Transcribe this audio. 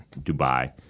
Dubai